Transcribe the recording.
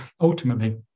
ultimately